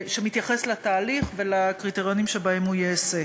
שמתייחס לתהליך ולקריטריונים שבהם הוא ייעשה.